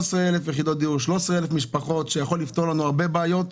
13,000 משפחות שזה יכול לפתור לנו הרבה בעיות.